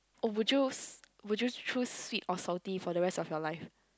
oh would you would you choose sweet or salty for the rest of your life